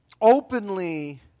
openly